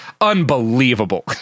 unbelievable